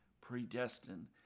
predestined